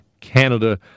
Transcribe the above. Canada